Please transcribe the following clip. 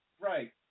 Right